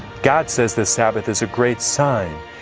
god says the sabbath is a great sign.